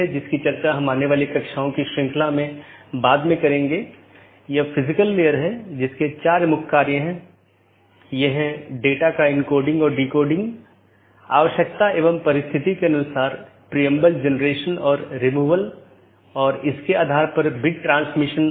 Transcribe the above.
क्योंकि प्राप्त करने वाला स्पीकर मान लेता है कि पूर्ण जाली IBGP सत्र स्थापित हो चुका है यह अन्य BGP साथियों के लिए अपडेट का प्रचार नहीं करता है